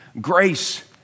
Grace